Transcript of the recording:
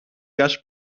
gas